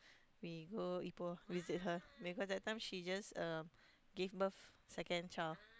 we go Ipoh visit her because that time she just um gave birth second child